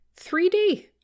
3D